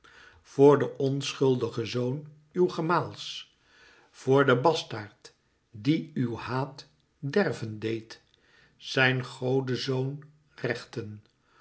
voor den onschuldigen zoon uws gemaals voor den bastaard dien uw haat derven deed zijn godezoonrechten